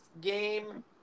game